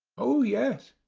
oh, yes.